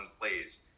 plays